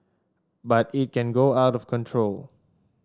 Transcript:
but it can go out of control